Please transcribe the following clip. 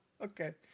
Okay